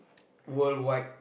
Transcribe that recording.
worldwide